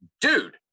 dude